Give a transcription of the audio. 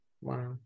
Wow